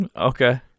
Okay